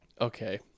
Okay